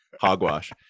Hogwash